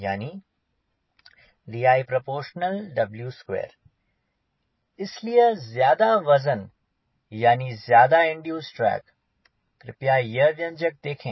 यानी 𝐷i ∝ 𝑊2 इसलिए ज्यादा वजन यानि ज्यादा इंड्यूसेड ड्रैग कृपया यह व्यंजक देखें